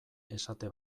esate